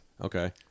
Okay